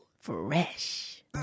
Fresh